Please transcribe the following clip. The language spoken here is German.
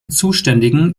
zuständigen